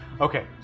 Okay